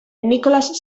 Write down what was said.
nicholas